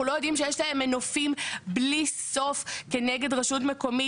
אנחנו לא יודעים שיש להם מנופים בלי סוף כנגד רשות מקומית,